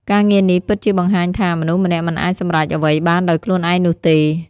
ការងារនេះពិតជាបង្ហាញថា មនុស្សម្នាក់មិនអាចសម្រេចអ្វីបានដោយខ្លួនឯងនោះទេ។